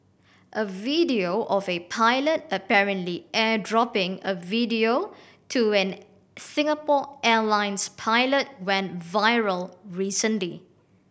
a video of a pilot apparently airdropping a video to an Singapore Airlines pilot went viral